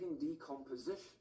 decomposition